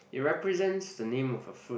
it represents the name of a food